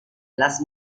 las